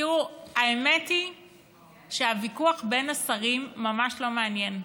תראו, האמת היא שהוויכוח בין השרים ממש לא מעניין.